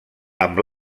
amb